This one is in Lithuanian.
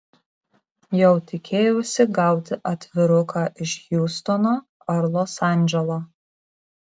jau tikėjausi gauti atviruką iš hjustono ar los andželo